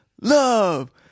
love